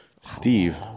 Steve